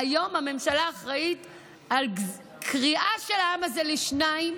והיום הממשלה אחראית לקריעה של העם הזה לשניים,